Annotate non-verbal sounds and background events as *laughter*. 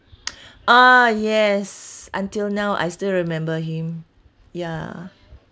*noise* ah yes until now I still remember him ya